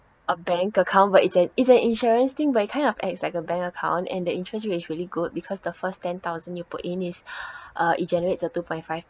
a bank account but it's an it's an insurance thing but it kind of acts like a bank account and their interest rate is really good because the first ten thousand you put in is uh it generates a two point five